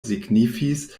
signifis